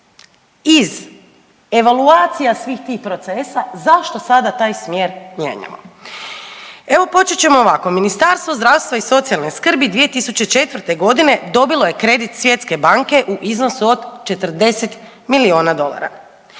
iz evaluacija svih tih procesa zašto sada taj smjer mijenjamo? Evo počet ćemo ovako, Ministarstvo zdravstva i socijalne skrbi 2004.g. dobilo je kredit Svjetske banke u iznosu od 40 milijuna dolara.